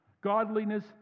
Godliness